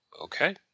Okay